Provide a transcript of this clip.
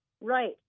Right